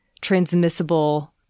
transmissible